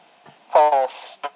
False